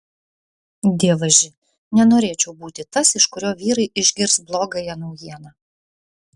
dievaži nenorėčiau būti tas iš kurio vyrai išgirs blogąją naujieną